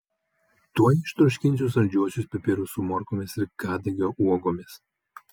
tuoj ištroškinsiu saldžiuosius pipirus su morkomis ir kadagio uogomis